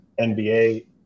nba